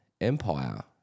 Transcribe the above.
empire